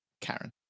Karen